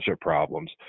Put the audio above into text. problems